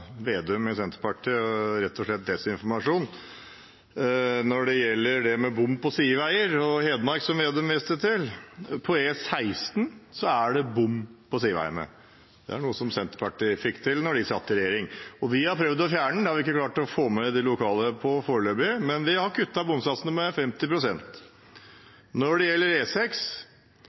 Vedum i Senterpartiet – og rett og slett desinformasjonen når det gjelder bom på sideveier, og i Hedmark, som Slagsvold Vedum viste til. På E16 er det bom på sideveiene. Det er noe Senterpartiet fikk til da de satt i regjering. Vi har prøvd å fjerne den, det har vi foreløpig ikke klart å få de lokale med oss på, men vi har kuttet bomsatsene med 50 pst. Når det gjelder